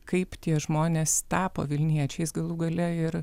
kaip tie žmonės tapo vilniečiais galų gale ir